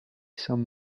san